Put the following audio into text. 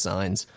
Signs